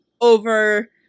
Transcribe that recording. over